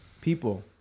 People